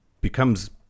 becomes